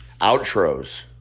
outros